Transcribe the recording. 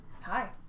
Hi